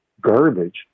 garbage